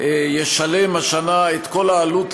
ישלם השנה את כל העלות,